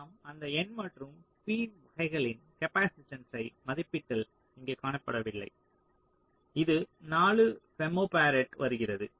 நாம் அந்த n மற்றும் p வகைகளின் காப்பாசிட்டன்ஸ்ஸை மதிப்பிட்டல் இங்கே காட்டப்படவில்லை இது 4 ஃபெம்டோபராடிற்கு வருகிறது